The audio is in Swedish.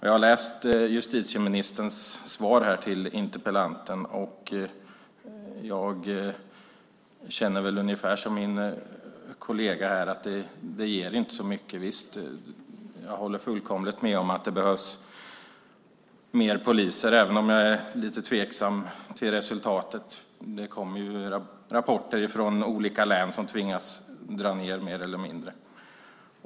Jag har läst justitieministerns svar till interpellanten, och jag känner ungefär som min kollega här att det inte ger så mycket. Visst, jag håller fullkomligt med om att det behövs fler poliser, även om jag är lite tveksam till resultatet. Det kommer ju rapporter från olika län som tvingas dra ned mer eller mindre.